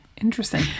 Interesting